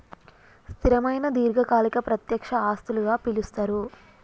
స్థిరమైన దీర్ఘకాలిక ప్రత్యక్ష ఆస్తులుగా పిలుస్తరు